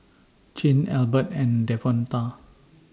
Chin Albert and Devonta